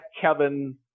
Kevin